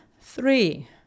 three